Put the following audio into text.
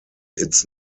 its